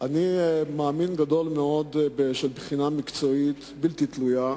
אני מאמין גדול מאוד בבחינה מקצועית בלתי תלויה,